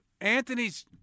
Anthony's